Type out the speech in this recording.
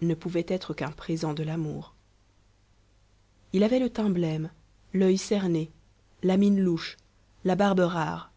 ne pouvait être qu'un présent de l'amour il avait le teint blême l'œil cerné la mine louche la barbe rare